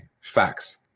Facts